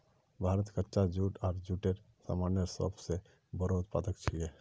भारत कच्चा जूट आर जूटेर सामानेर सब स बोरो उत्पादक छिके